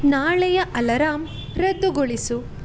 ನಾಳೆಯ ಅಲರಂ ರದ್ದುಗೊಳಿಸು